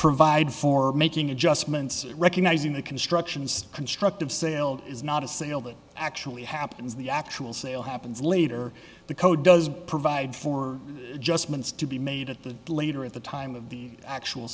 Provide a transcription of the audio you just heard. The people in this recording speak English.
provide for making adjustments recognizing that construction is constructive sale is not a sale that actually happens the actual sale happens later the code does provide for just means to be made at the later at the time of the actual